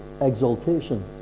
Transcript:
exaltation